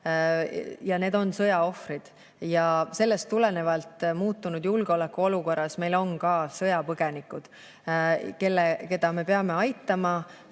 ja nad on sõjaohvrid. Sellest tulenevalt on meil muutunud julgeolekuolukorras ka sõjapõgenikud, keda me peame aitama.